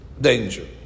danger